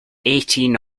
eighteen